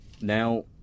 now